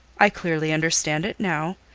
i clearly understand it now,